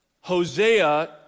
Hosea